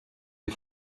des